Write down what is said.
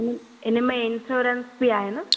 ऊ हिनमें इंश्योरेंस बि आहे न